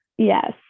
Yes